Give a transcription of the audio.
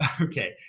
okay